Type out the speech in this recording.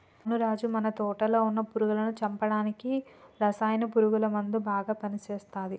అవును రాజు మన తోటలో వున్న పురుగులను చంపడానికి రసాయన పురుగుల మందు బాగా పని చేస్తది